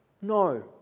no